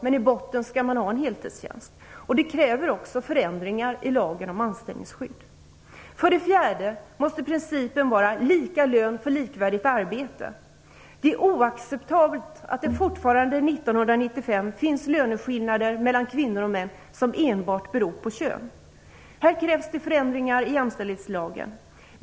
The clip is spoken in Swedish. Men i botten skall man ha en heltidstjänst. Det kräver också förändringar i lagen om anställningsskydd. För det fjärde måste principen vara lika lön för likvärdigt arbete. Det är oacceptabelt att det fortfarande, 1995, finns löneskillnader mellan kvinnor och män som enbart beror på kön. Här krävs det förändringar i jämställdhetslagen.